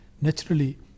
naturally